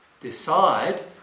decide